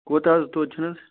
کوٗتاہ حظ توتہِ چھِنہٕ حظ